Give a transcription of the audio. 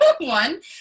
one